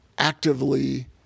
actively